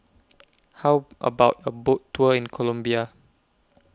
How about A Boat Tour in Colombia